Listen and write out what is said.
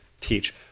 teach